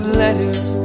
letters